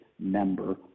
member